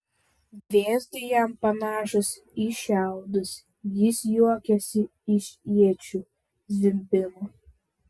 vėzdai jam panašūs į šiaudus jis juokiasi iš iečių zvimbimo